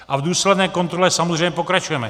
V důsledné kontrole samozřejmě pokračujeme.